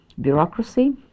bureaucracy